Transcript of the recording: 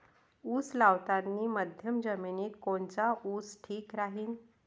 उस लावतानी मध्यम जमिनीत कोनचा ऊस ठीक राहीन?